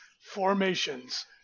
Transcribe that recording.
formations